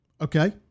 okay